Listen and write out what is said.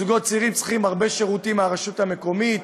זוגות צעירים צריכים הרבה שירותים מהרשות המקומית: